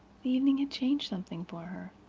the evening had changed something for her.